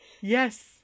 Yes